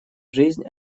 жизнь